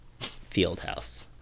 Fieldhouse